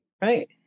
Right